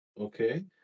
Okay